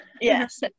yes